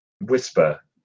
whisper